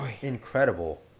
incredible